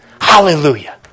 Hallelujah